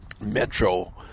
Metro